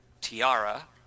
tiara